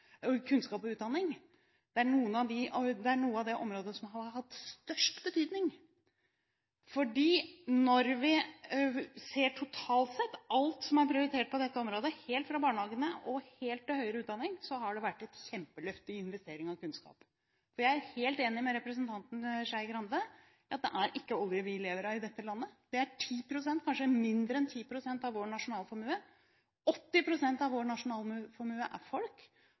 utdanning. Det er ett av de områdene som har hatt størst betydning, for når vi totalt sett ser på alt som er prioritert på dette området, helt fra barnehagene og til høyere utdanning, har det vært et kjempeløft med hensyn til investering i kunnskap. Jeg er helt enig med representanten Skei Grande i at det ikke er olje vi lever av i dette landet – det er 10 pst., kanskje mindre enn 10 pst. av vår nasjonalformue. 80 pst. av vår nasjonalformue er folk